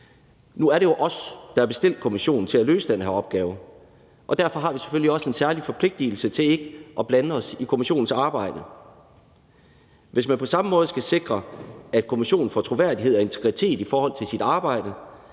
Nu er det jo os, der har bestilt kommissionen til at løse den her opgave, og derfor har vi selvfølgelig også en særlig forpligtelse til ikke at blande os i kommissionens arbejde. Hvis man på samme måde skal sikre, at kommissionen får troværdighed og integritet i forhold til sit arbejde,